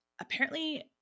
apparently-